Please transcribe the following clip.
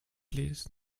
please